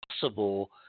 possible